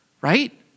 Right